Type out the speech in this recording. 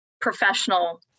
professional